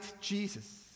Jesus